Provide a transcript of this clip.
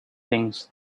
things